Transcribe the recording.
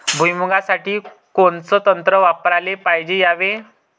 भुइमुगा साठी कोनचं तंत्र वापराले पायजे यावे?